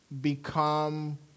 become